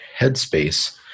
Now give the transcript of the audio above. headspace